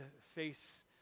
face